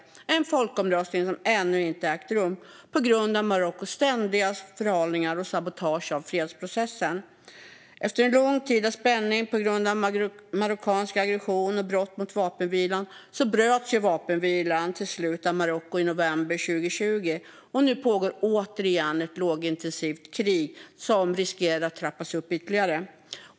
Det är en folkomröstning som ännu inte har ägt rum på grund av Marockos ständiga förhalningar och sabotage av fredsprocessen. Efter en lång tid av spänning på grund av marockansk aggression och brott mot vapenvilan bröts vapenvilan till slut av Marocko i november 2020, och nu pågår återigen ett lågintensivt krig som riskerar att trappas upp ytterligare.